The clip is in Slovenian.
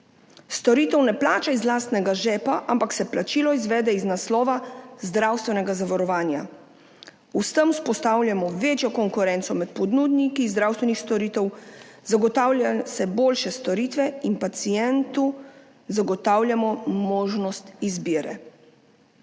Storitev ne plača iz lastnega žepa, ampak se plačilo izvede iz naslova zdravstvenega zavarovanja. S tem vzpostavljamo večjo konkurenco med ponudniki zdravstvenih storitev, zagotavlja se boljše storitve in pacientu zagotavljamo možnost izbire.